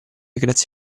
grazie